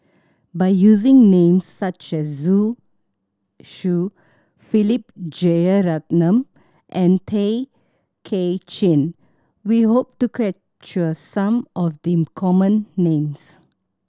by using names such as Zhu Xu Philip Jeyaretnam and Tay Kay Chin we hope to capture some of the common names